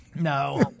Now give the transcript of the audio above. No